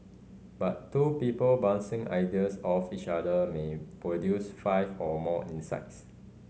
but two people bouncing ideas off each other may produce five or more insights